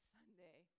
Sunday